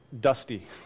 dusty